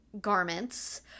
garments